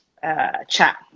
chat